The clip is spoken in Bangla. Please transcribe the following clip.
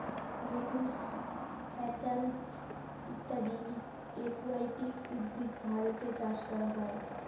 লেটুস, হ্যাছান্থ ইত্যাদি একুয়াটিক উদ্ভিদ ভারতে চাষ করা হয়